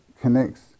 connects